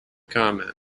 comment